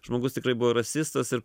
žmogus tikrai buvo rasistas ir